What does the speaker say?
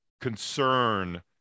concern